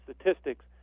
statistics